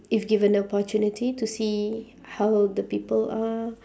if given the opportunity to see how the people are